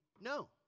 no